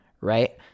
right